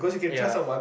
ya